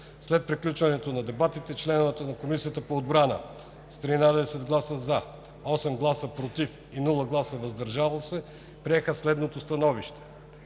След приключване на дебатите членовете на Комисията по отбрана с 13 гласа „за“, 8 гласа „против“ и без гласове „въздържал се“ приеха следното становище: